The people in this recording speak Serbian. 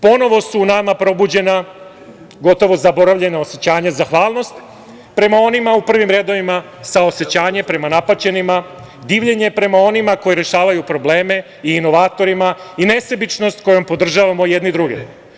Ponovo su u nama probuđena gotovo zaboravljena osećanja zahvalnosti prema onima u prvim redovima, saosećanje napaćenima, divljenje prema onima koji rešavaju probleme, inovatorima i nesebičnost kojom podržavamo jedni druge.